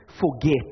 forget